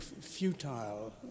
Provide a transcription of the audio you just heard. futile